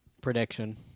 prediction